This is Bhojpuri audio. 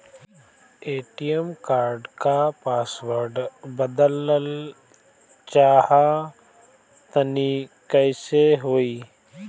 ए.टी.एम कार्ड क पासवर्ड बदलल चाहा तानि कइसे होई?